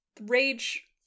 rage-